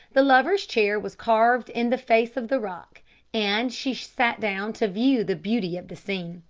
the lovers' chair was carved in the face of the rock and she sat down to view the beauty of the scene.